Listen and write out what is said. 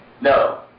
No